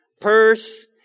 purse